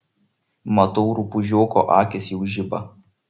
matau rupūžioko akys jau žiba